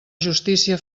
justícia